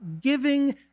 giving